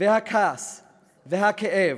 הכעס והכאב,